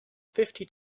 fifty